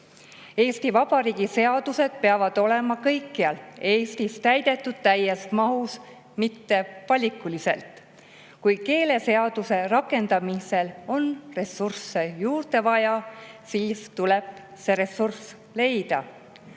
Eesti Vabariigi seadused peavad olema kõikjal Eestis täidetud täies mahus, mitte valikuliselt. Kui keeleseaduse rakendamisel on ressurssi juurde vaja, siis tuleb see ressurss leida. On